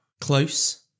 Close